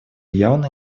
явно